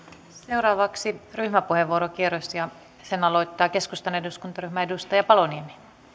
seuraavaksi ryhmäpuheenvuorokierros ja sen aloittaa keskustan eduskuntaryhmän edustaja paloniemi